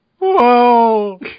whoa